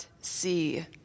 see